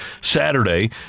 Saturday